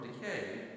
decay